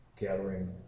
gathering